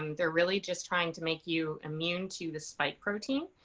um they're really just trying to make you immune to the spike protein.